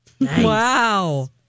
Wow